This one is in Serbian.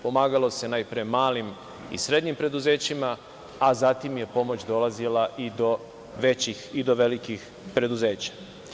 Pomagalo se najpre malim i srednjim preduzećima, a zatim je pomoć dolazila i do velikih preduzeća.